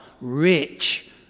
rich